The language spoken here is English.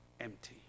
empty